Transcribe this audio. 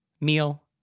meal